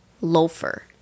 loafer